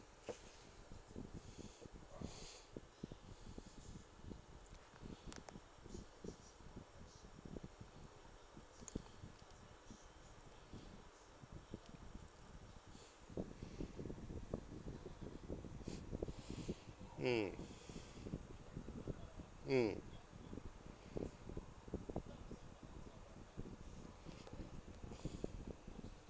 mm mm